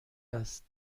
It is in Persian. است